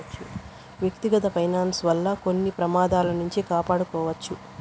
వ్యక్తిగత ఫైనాన్స్ వల్ల కొన్ని ప్రమాదాల నుండి కాపాడుకోవచ్చు